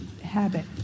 habit